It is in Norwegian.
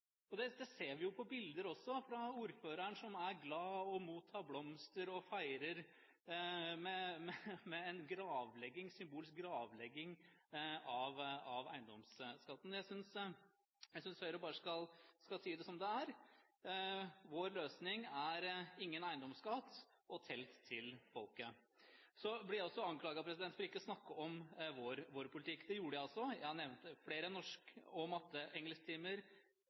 stoppet eiendomsskatten. Det ser vi jo også på bilder av ordføreren, som er glad og mottar blomster og feirer med en symbolsk gravlegging av eiendomsskatten. Jeg synes Høyre bare skal si det som det er: Vår løsning er ingen eiendomsskatt – og telt til folket. Så blir jeg også anklaget for ikke å snakke om vår politikk. Det gjorde jeg altså. Jeg nevnte flere norsk-, matte- og